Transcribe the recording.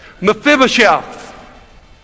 Mephibosheth